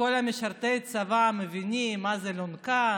וכל משרתי הצבא מבינים מה זו אלונקה